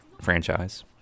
franchise